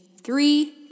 three